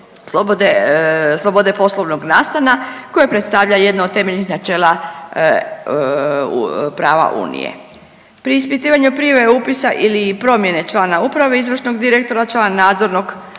slobode poslovnog nastana koje predstavlja jedno od temeljnih načela prava unije. Pri ispitivanju prijave upisa ili promjene člana uprave izvršnog direktora, člana nadzornog